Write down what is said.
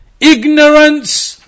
Ignorance